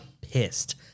pissed